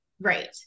Right